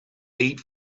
eat